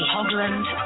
Hogland